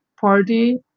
party